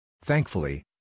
Thankfully